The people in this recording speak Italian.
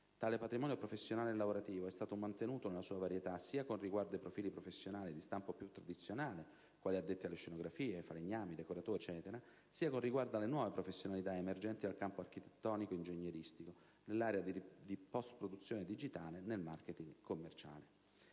Tale patrimonio professionale e lavorativo è stato mantenuto nella sua varietà sia con riguardo ai profili professionali di stampo più tradizionale, quali ad esempio addetti alle scenografie e falegnami, decoratori, sia con riguardo alle nuove professionalità emergenti nel campo architettonico-ingegneristico, nell'area della postproduzione digitale e nel marketing-commerciale.